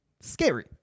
scary